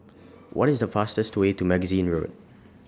What IS The fastest Way to Magazine Road